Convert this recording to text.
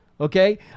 Okay